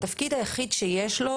התפקיד היחיד שיש לו,